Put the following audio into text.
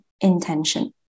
intention